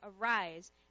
arise